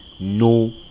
no